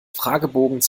fragebogens